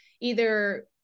either-